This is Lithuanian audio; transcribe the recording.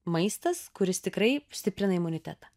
maistas kuris tikrai stiprina imunitetą